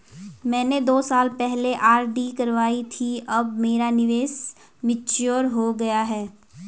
मैंने दो साल पहले आर.डी करवाई थी अब मेरा निवेश मैच्योर हो गया है